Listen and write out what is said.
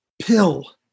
pill